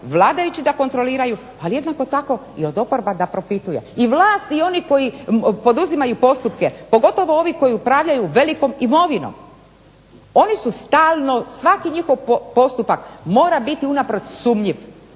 vladajući da kontroliraju, ali jednako tako i od oporba da propituje. I vlast i oni koji poduzimaju postupke, pogotovo ovi koji upravljaju velikom imovinom, oni su stalno, svaki njihov postupak mora biti unaprijed sumnjiv.